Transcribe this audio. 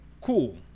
cool